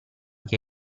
che